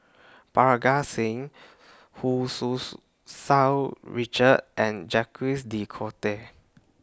Parga Singh Hu Tsu's Sau Richard and Jacques De Coutre